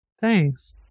Thanks